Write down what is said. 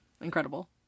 Incredible